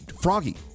Froggy